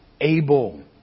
able